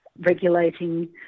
regulating